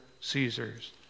Caesar's